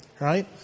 right